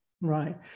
Right